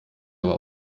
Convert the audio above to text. aber